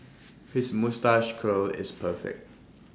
his moustache curl is perfect